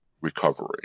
recovery